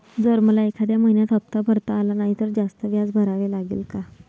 जर मला एखाद्या महिन्यात हफ्ता भरता आला नाही तर जास्त व्याज भरावे लागेल का?